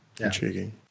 Intriguing